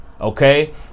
okay